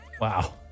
Wow